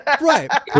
Right